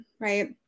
right